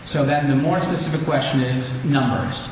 so that the more specific question is numbers